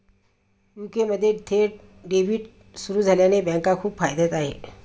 UK मध्ये थेट debit सुरू झाल्याने बँका खूप फायद्यात आहे